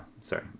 Sorry